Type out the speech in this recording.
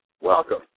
welcome